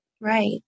Right